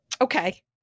okay